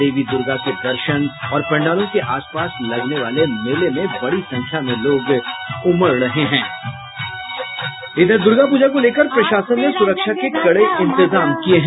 देवी दुर्गा के दर्शन और पंडालों के आस पास लगने वाले मेले में बड़ी संख्या में लोग उमड़ रहे हैं इधर दुर्गा पूजा को लेकर प्रशासन ने सुरक्षा के कड़े इंतजाम किये हैं